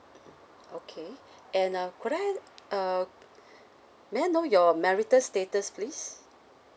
okay and uh could I uh may I know your marital status please